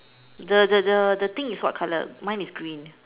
the the the the thing is what colour mine is green